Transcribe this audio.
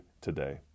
today